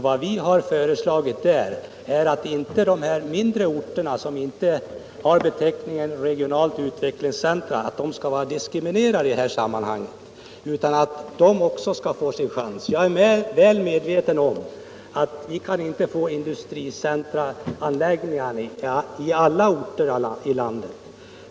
Vad vi har föreslagit är att de mindre orterna, som inte går under beteckningen regionalt utvecklingscentrum, inte skall diskrimineras i det här sammanhanget utan att de också skall få sin chans. Jag är väl medveten om att man inte kan få industricenteranläggningar i alla orter.